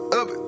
up